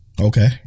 Okay